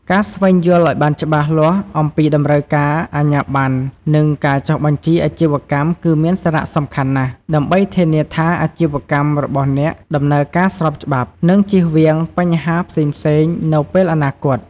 ការស្វែងយល់ឱ្យបានច្បាស់លាស់អំពីតម្រូវការអាជ្ញាប័ណ្ណ និងការចុះបញ្ជីអាជីវកម្មគឺមានសារៈសំខាន់ណាស់ ដើម្បីធានាថាអាជីវកម្មរបស់អ្នកដំណើរការស្របច្បាប់ និងជៀសវាងបញ្ហាផ្សេងៗនៅពេលអនាគត។